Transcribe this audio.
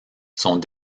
sont